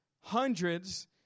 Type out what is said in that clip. hundreds